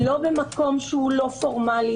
לא במקום שהוא לא פורמלי.